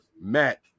matt